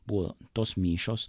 buvo tos mišios